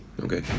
Okay